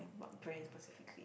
and what brands specifically